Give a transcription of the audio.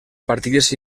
partides